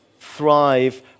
thrive